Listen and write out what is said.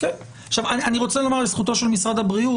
אני רוצה לומר לזכותו של משרד הבריאות,